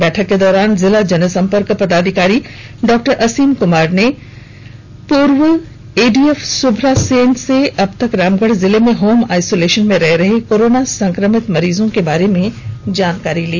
बैठक के दौरान जिला जनसंपर्क पदाधिकारी डॉ असीम कुमार ने सबसे पूर्व एडीएफ सुभ्रा सेन से अब तक रामगढ़ जिले में होम आइसोलशन में रह रहे कोरोना संक्रमित मरीज के बारे में जानकारी ली